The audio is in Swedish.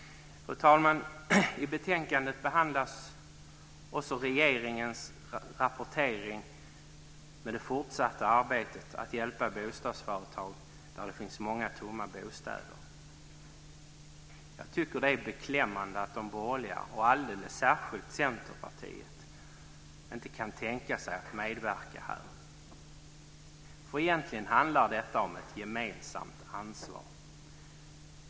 Fru talman! I betänkandet behandlas också regeringens rapportering när det gäller det fortsatta arbetet med att hjälpa bostadsföretag där det finns många tomma bostäder. Det är beklämmande att de borgerliga, alldeles särskilt Centerpartiet, inte kan tänka sig att medverka här. Egentligen handlar det ju om ett gemensamt ansvar.